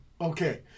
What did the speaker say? okay